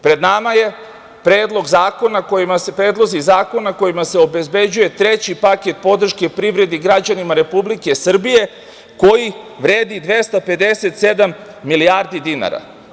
Pred nama su predlozi zakona kojima se obezbeđuje treći paket podrške privredi i građanima Republike Srbije koji vredi 257 milijardi dinara.